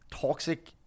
toxic